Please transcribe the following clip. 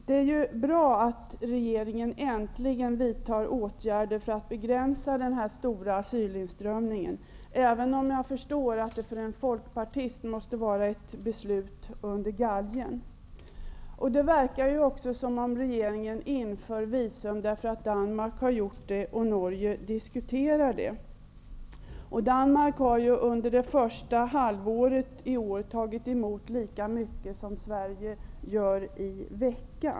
Det är bra att regeringen äntligen vidtar åtgärder för att begränsa den stora asylinströmningen, även om jag förstår att det för en folkpartist måste vara ett beslut under galgen. Det verkar också som om regeringen inför visumtvång därför att Danmark har gjort det och därför att Norge diskuterar det. Danmark har under det första halvåret i år tagit emot lika många asylsökande som Sverige gör per vecka.